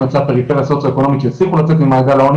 הפריפריה הסוציו אקונומית שיצליחו לצאת ממעגל העוני